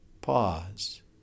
Pause